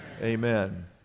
Amen